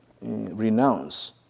renounce